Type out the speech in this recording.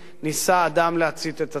ניסה אדם להצית את עצמו.